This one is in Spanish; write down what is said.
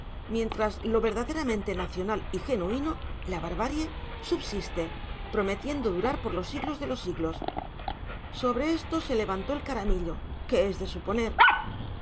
mientras lo verdaderamente nacional y genuino la barbarie subsiste prometiendo durar por los siglos de los siglos sobre esto se levantó el caramillo que es de suponer